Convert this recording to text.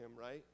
right